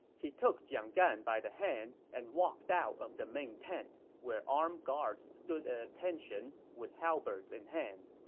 he took jiang gan by the hand and walked out of the main tent, where armed guards stood at attention with halberds in hand.